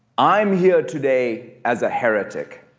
i'm here today as a heretic.